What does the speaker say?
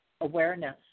awareness